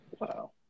Wow